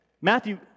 Matthew